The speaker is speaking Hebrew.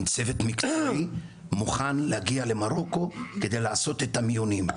צוות מקצועי מוכן להגיע למרוקו כדי לעשות את המיונים.